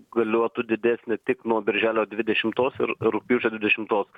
galiotų didesnė tik nuo birželio dvidešimtos ir rugpjūčio dvidešimtos